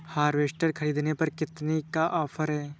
Harvester ख़रीदने पर कितनी का ऑफर है?